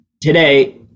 Today